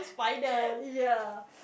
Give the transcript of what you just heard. ya